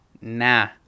Nah